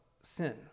sin